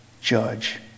Judge